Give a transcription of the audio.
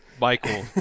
Michael